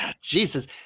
Jesus